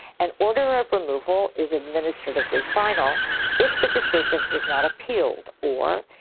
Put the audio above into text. an order of removal is administratively final if the decision is not appealed or,